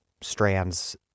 strands